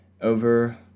over